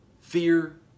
fear